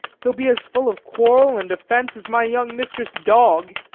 he'll be as full of quarrel and offense as my young mistress' dog.